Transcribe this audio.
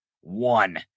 one